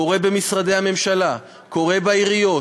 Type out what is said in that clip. קורה במשרדי הממשלה, קורה בעיריות,